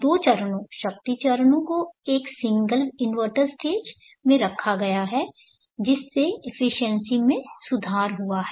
दो चरणों शक्ति चरणों को एक सिंगल इन्वर्टर स्टेज में रखा गया है जिससे एफिशिएंसी में सुधार हुआ है